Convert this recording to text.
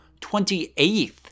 28th